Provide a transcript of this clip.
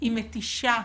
מתישה,